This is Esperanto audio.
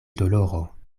doloro